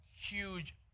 huge